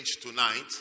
tonight